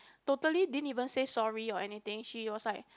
totally didn't even say sorry or anything she was like